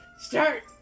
Start